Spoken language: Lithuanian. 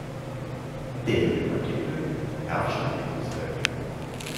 deividui makinliui jav žvalgybos direktoriui